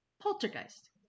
Poltergeist